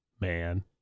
Man